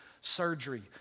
surgery